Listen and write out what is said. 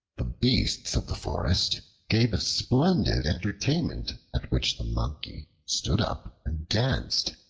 the beasts of the forest gave a splendid entertainment at which the monkey stood up and danced.